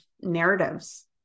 narratives